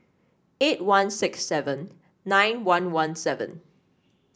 eight one six seven nine one one seven